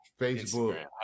Facebook